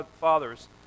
fathers